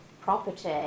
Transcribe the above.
property